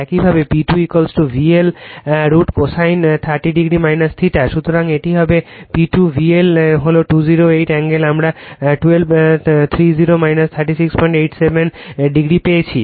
একইভাবে P2 VL √ cosine 30o θ সুতরাং এটি হবে P2 VL হল 208 √ আমরা 12 30 3687o পেয়েছি